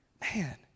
Man